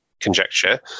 conjecture